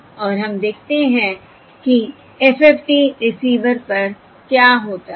और हम देखते हैं कि FFT रिसीवर पर क्या होता है